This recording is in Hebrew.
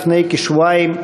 לפני כשבועיים,